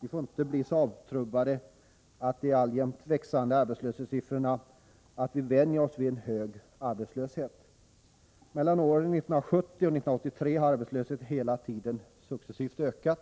Vi får inte bli så avtrubbade av de alltjämt växande arbetslöshetssiffrorna att vi vänjer oss vid en hög arbetslöshet. Mellan åren 1970 och 1983 har arbetslösheten hela tiden successivt ökat,